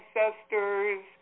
ancestors